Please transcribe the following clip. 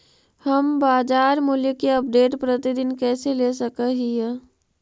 हम बाजार मूल्य के अपडेट, प्रतिदिन कैसे ले सक हिय?